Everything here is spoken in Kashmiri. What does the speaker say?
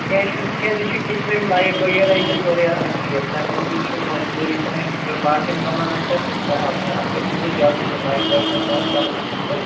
کیٚنہہ چھُنہٕ تِکیٛازِ یہِ چھِ کِچنٕچ لایِٹ وغیرہ یہِ چھِ سٲرٕے آسان بِہِتھ تٔمۍ موجوٗب چھِ مےٚ مجبوٗری پہن اگر باقِیَن کَمرَن آسِہا تہِ کَرٕہاو مگر کَتہِ چھُس بہٕ جلدی یہِ لایِٹ وایِٹ گژھ اَسہِ چَلٕنۍ اَصٕل پٲٹھۍ